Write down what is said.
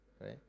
right